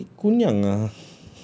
he kunyang ah